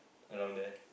around there